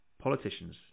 politicians